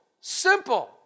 simple